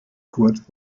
kurt